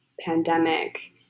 pandemic